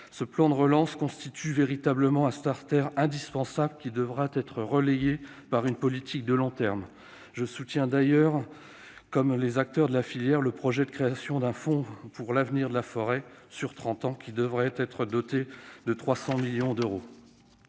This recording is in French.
Ce plan de relance constitue véritablement un indispensable, qui devra être relayé par une politique de long terme. Je soutiens d'ailleurs, comme les acteurs de la filière, le projet de création d'un fonds sur trente ans pour l'avenir de la forêt, qui devrait être doté de 300 millions d'euros